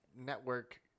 network